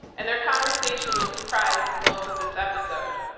and their conversation will comprise the bulk of this episode.